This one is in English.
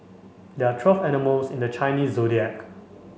there're twelve animals in the Chinese Zodiac